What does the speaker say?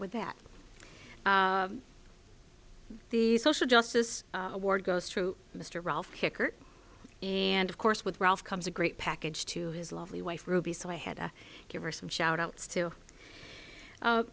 with that the social justice award goes through mr ralph kicker and of course with ralph comes a great package to his lovely wife ruby so i had to give her some shout outs to